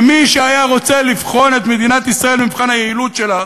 ומי שהיה רוצה לבחון את מדינת ישראל במבחן היעילות שלה,